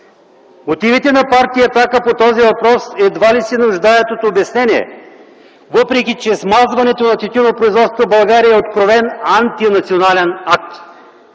Мотивите на партия „Атака” по този въпрос едва ли се нуждаят от обяснение, въпреки че смазването на тютюнопроизводството в България е откровен антинационален акт.